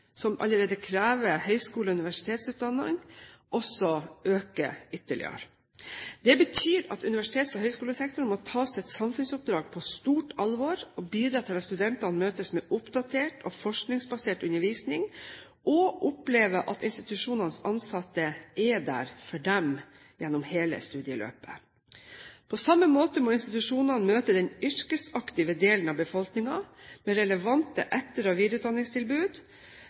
som allerede krever høyskole- og universitetsutdannelse, også øker ytterligere. Det betyr at universitets- og høyskolesektoren må ta sitt samfunnsoppdrag på stort alvor og bidra til at studentene møtes med oppdatert og forskningsbasert undervisning og opplever at institusjonenes ansatte er der for dem gjennom hele studieløpet. På samme måte må institusjonene møte den yrkesaktive delen av befolkningen med relevante etter- og videreutdanningstilbud